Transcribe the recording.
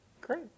Great